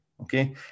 Okay